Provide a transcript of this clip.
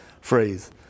phrase